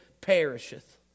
perisheth